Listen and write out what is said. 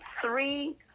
three